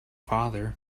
father